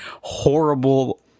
horrible